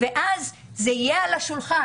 כך הדברים יהיו על השולחן.